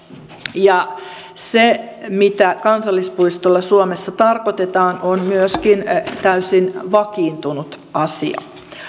ja se mitä kansallispuistolla suomessa tarkoitetaan on myöskin täysin vakiintunut asia